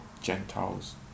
Gentiles